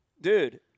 Dude